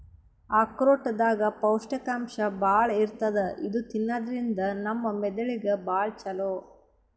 ಆಕ್ರೋಟ್ ದಾಗ್ ಪೌಷ್ಟಿಕಾಂಶ್ ಭಾಳ್ ಇರ್ತದ್ ಇದು ತಿನ್ನದ್ರಿನ್ದ ನಮ್ ಮೆದಳಿಗ್ ಭಾಳ್ ಛಲೋ